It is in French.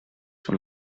sur